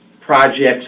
projects